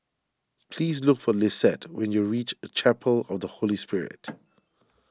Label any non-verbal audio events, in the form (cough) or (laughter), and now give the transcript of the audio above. please look for Lisette when you reach Chapel of the Holy Spirit (noise)